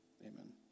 amen